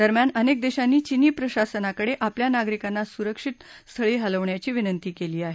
दरम्यान अनेक देशांनी चीनी प्रशासनाकडे आपल्या नागरिकांना सुरक्षित स्थळी हलवण्याची विनंती केली आहे